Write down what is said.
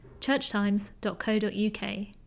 churchtimes.co.uk